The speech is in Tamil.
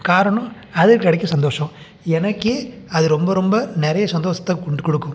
காரணம் அதில் கிடைக்கிற சந்தோஷம் எனக்கே அது ரொம்ப ரொம்ப நிறைய சந்தோஷத்தை கொண்டு கொடுக்கும்